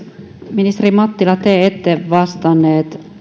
ministeri mattila te ette vastannut